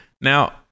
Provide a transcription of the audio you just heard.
Now